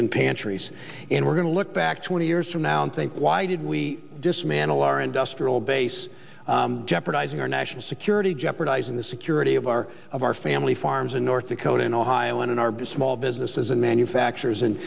and pantries and we're going to look back twenty years from now and think why did we dismantle our industrial base jeopardizing our national security jeopardizing the security of our of our family farms in north dakota and ohio and in our business all businesses and manufacturers and